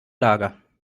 lager